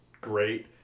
great